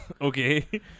Okay